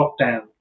lockdown